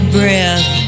breath